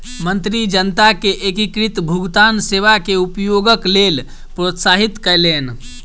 मंत्री जनता के एकीकृत भुगतान सेवा के उपयोगक लेल प्रोत्साहित कयलैन